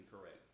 correct